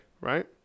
right